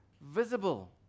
visible